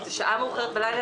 אם זו שעה מאוחרת בלילה,